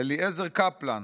אליעזר קפלן,